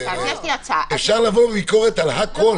אפשר לבוא בביקורת על הכול,